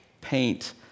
paint